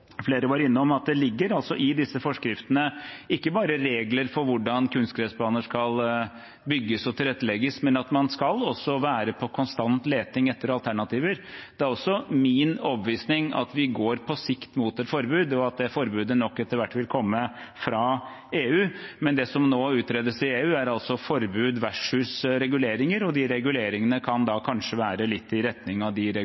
flere var innom, at det ligger i disse forskriftene ikke bare regler for hvordan kunstgressbaner skal bygges og tilrettelegges, men at man også skal være på konstant leting etter alternativer. Det er også min overbevisning at vi på sikt går mot et forbud, og at det forbudet nok etter hvert vil komme fra EU. Men det som nå utredes i EU, er altså forbud versus reguleringer, og de reguleringene kan kanskje være litt i retning av de